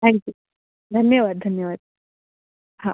thank you धन्यवाद धन्यवाद हां